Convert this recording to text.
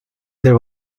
there